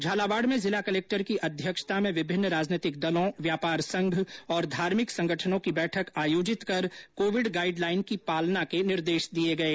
झालावाड में जिला कलक्टर की अध्यक्षता में विभिन्न राजनैतिक दलों व्यापार संघ और धार्मिक संघठनों की बैठक आयोजित कर कोविड गाईड लाईन की पालना के निर्देश दिये गये